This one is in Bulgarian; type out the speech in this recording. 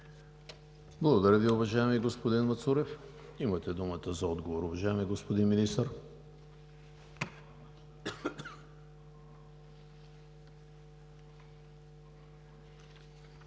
Благодаря Ви, уважаеми господин Кичиков. Имате думата за отговор, уважаема госпожо Министър.